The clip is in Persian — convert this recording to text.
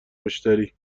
مشتری